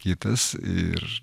kitas ir